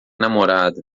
namorada